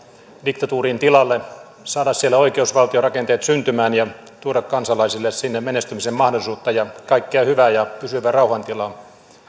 diktatuurin tilalle saada siellä oikeusvaltiorakenteet syntymään ja tuoda kansalaisille sinne menestymisen mahdollisuutta ja kaikkea hyvää ja pysyvä rauhantila